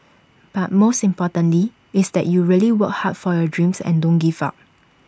but most importantly is that you really work hard for your dreams and don't give up